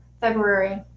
February